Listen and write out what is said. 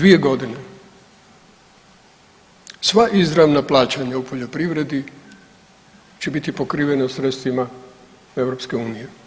2 godine sva izravna plaćanja u poljoprivredi će biti pokrivena sredstvima EU.